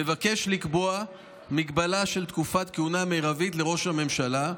מבקשת לקבוע מגבלה של תקופת כהונה מרבית לראש הממשלה.